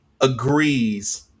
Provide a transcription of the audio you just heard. agrees